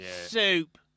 Soup